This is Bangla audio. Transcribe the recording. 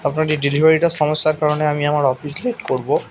আপনার এই ডেলিভারিটার সমস্যার কারণে আমি আমার অফিস লেট করবো